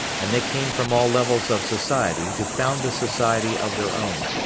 and they came from all levels of society to found a society of their own.